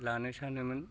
लानो सानोमोन